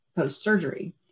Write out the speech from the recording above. post-surgery